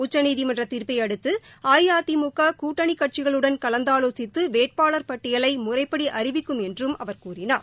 உச்சநீதிமன்றத் தீர்ப்பை அடுத்து அஇஅதிமுக கூட்டணி கட்சிகளுடன் கலந்தாலோசித்து வேட்பாளர் பட்டியலை முறைப்படி அறிவிக்கும் என்றும் அவர் கூறினார்